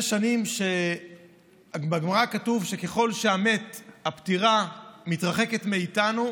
בגמרא כתוב שככל שהפטירה מתרחקת מאיתנו,